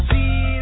See